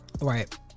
right